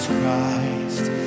Christ